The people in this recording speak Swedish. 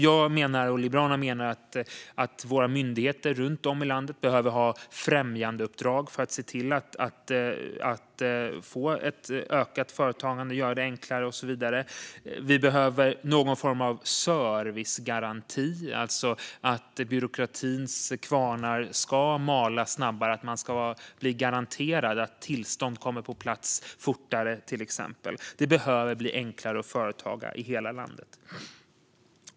Jag och Liberalerna menar att våra myndigheter runt om i landet behöver få ett främjandeuppdrag för att se till att få ett ökat företagande, göra det enklare och så vidare. Vi behöver någon form av servicegaranti, det vill säga att byråkratins kvarnar ska mala snabbare och att man ska vara garanterad att tillstånd kommer på plats fortare, till exempel. Det behöver bli enklare att driva företag i hela landet.